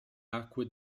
acque